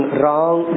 wrong